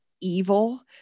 evil